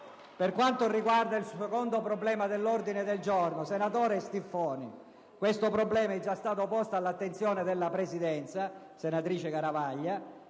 Per quanto riguarda il secondo problema dell'ordine del giorno, senatore Stiffoni, esso è già stato posto all'attenzione alla Presidenza. Senatrice Garavaglia,